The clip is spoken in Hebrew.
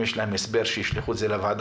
אם יש להם הסבר, שישלחו אותו לוועדה.